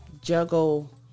juggle